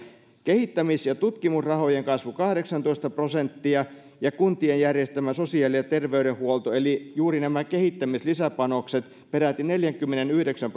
kehittämis ja tutkimusrahojen kasvu kahdeksantoista prosenttia ja kuntien järjestämään sosiaali ja terveydenhuoltoon eli juuri nämä kehittämislisäpanokset peräti neljänkymmenenyhdeksän